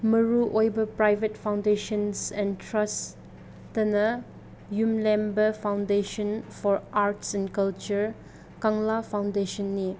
ꯃꯔꯨ ꯑꯣꯏꯕ private foundations and ꯇ꯭ꯔꯁꯇꯅ ꯌꯨꯝꯂꯦꯝꯕ foundation for arts and culture ꯀꯪꯂꯥ ꯐꯥꯎꯟꯗꯦꯁꯟꯅꯤ